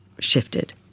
shifted